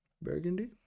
burgundy